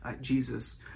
Jesus